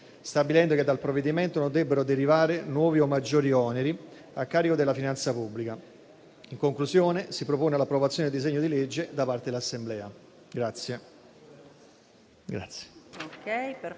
stabilendo che dal provvedimento non debbano derivare nuovi o maggiori oneri a carico della finanza pubblica. In conclusione si propone l'approvazione del disegno di legge da parte dell'Assemblea.